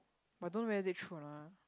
but don't know whether is it true or not lah